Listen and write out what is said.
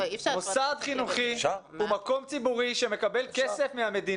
ששום מוסד חרדי בשום גיל לא נפתח אתמול?